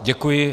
Děkuji.